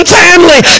family